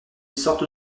sorte